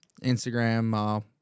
Instagram